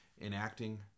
enacting